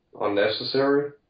unnecessary